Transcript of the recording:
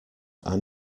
are